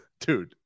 Dude